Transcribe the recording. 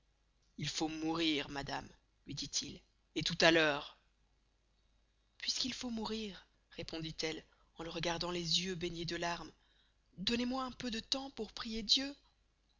il faut mourir madame luy dit-il et tout à l'heure puis qu'il faut mourir répondit-elle en le regardant les yeux baignez de larmes donnez moy un peu de temps pour prier dieu